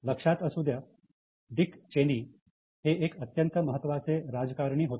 लक्षात असू द्या डिक चैनी हे एक अत्यंत महत्वाचे राजकारणी होते